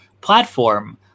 platform